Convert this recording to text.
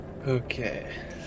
Okay